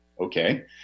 Okay